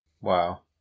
Wow